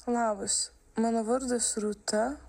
labas mano vardas rūta